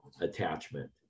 attachment